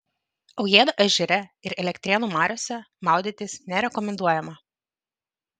aujėdo ežere ir elektrėnų mariose maudytis nerekomenduojama